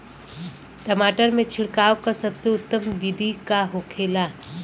टमाटर में छिड़काव का सबसे उत्तम बिदी का होखेला?